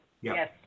yes